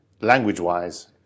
language-wise